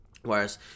whereas